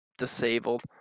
disabled